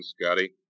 Scotty